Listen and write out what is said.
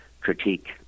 critique